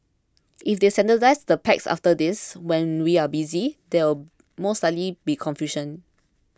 if they standardise the packs after this when we are busy there will most likely be confusion